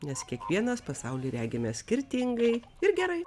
nes kiekvienas pasaulį regime skirtingai ir gerai